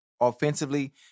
Offensively